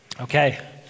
Okay